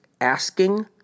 asking